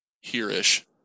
here-ish